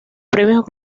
premios